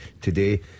today